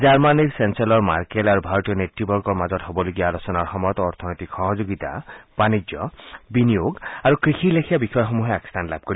জাৰ্মানীৰ চেঞ্চেলৰ মাৰ্কেল আৰু ভাৰতীয় নেত়বৰ্গৰ মাজত হ'বলগীয়া আলোচনাৰ সময়ত অৰ্থনৈতিক সহযোগিতা বাণিজ্য বিনিয়োগ আৰু কৃষিৰ লেখিয়া বিষয়সমূহে আগস্থান লাভ কৰিব